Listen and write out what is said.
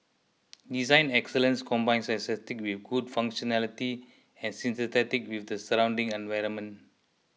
design excellence combines aesthetics with good functionality and synthesis with the surrounding environment